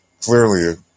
clearly